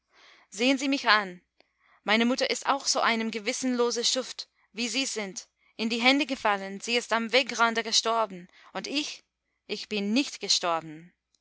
sehen sie mich an meine mutter ist auch so einem gewissenlosen schuft wie sie sind in die hände gefallen sie ist am wegrande gestorben und ich ich bin nicht gestorben